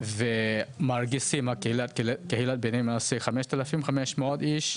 ומרגישים קהילת בני מנשה 5500 איש,